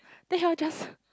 then he will just